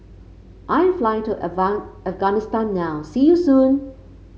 I am flying to Afghanistan now see you soon